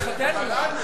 אבל לנו, לנו.